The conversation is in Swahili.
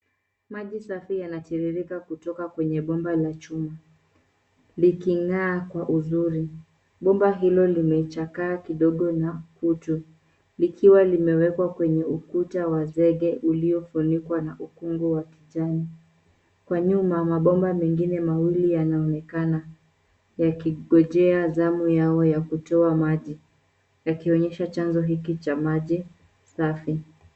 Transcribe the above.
Maji safi yanatiririka kutoka kwenye bomba la chuma, likingaa kwa uzuri, bomba hilo limechakaa kidogo na utu likiwa limewekwa kwenye ukuta wa zenge uliofunikwa na ukungu wa kijani. Kwa nyuma ma bomba mengine mawili yanaoneka yakingojea zamu yao ya kutoa maji yakionyesha chanzo hiki cha maji safi.